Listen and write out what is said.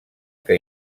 que